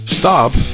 Stop